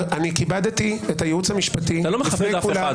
אני כיבדתי את הייעוץ המשפטי -- אתה לא מכבד אף אחד.